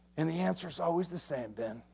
and the answer is always the same, ben,